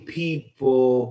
people